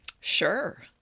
Sure